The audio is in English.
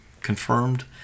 confirmed